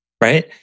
right